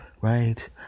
right